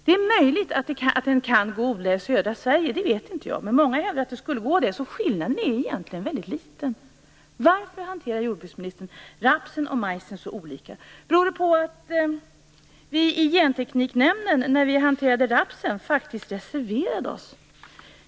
Det är möjligt att den kan gå att odla i södra Sverige. Det vet inte jag, men många hävdar att det skulle gå. Skillnaden är egentligen väldigt liten. Varför hanterar jordbruksministern rapsen och majsen så olika? Beror det på att vi när vi hanterade rapsen i Gentekniknämnden faktiskt reserverade oss.